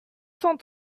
cent